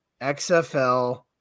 XFL